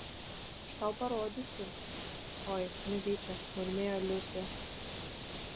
aš tau parodysiu oi netyčia murmėjo liusė